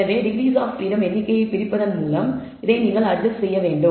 எனவே degrees of freedom எண்ணிக்கையைப் பிரிப்பதன் மூலம் இதை நீங்கள் அட்ஜஸ்ட் செய்ய வேண்டும்